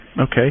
Okay